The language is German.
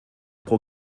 pro